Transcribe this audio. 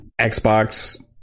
xbox